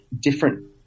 different